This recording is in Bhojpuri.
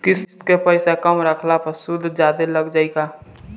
किश्त के पैसा कम रखला पर सूद जादे लाग जायी का?